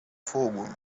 fogo